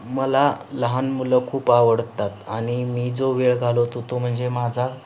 मला लहान मुलं खूप आवडतात आणि मी जो वेळ घालवतो तो म्हणजे माझा